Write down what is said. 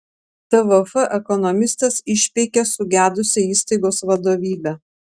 tvf ekonomistas išpeikė sugedusią įstaigos vadovybę